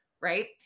right